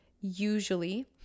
usually